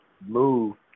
move